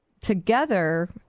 together